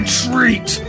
treat